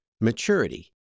maturity